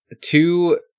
two